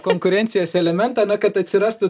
konkurencijos elementą kad atsirastų